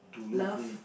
love